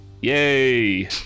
Yay